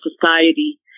society